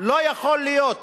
לא יכול להיות